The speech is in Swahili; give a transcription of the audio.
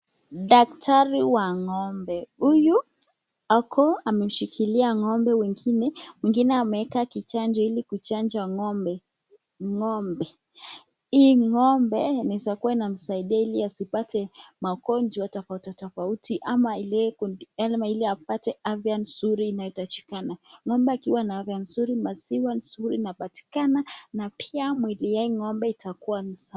Daktari wa ng'ombe huyu ako ameshikilia ng'ombe mwingine ameeka kichanjo ili kuchanja ng'ombe. Hii ng'ombe inaeza kuwa inamsaidia ili asipate magonjwa tofauti tofauti ama ili apate afya nzuri inahitajikana. Ng'ombe akiwa na afya nzuri, maziwa nzuri inapatikana na pia mwili ya hii ng'ombe itakuwa ni sawa.